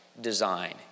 design